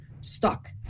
stuck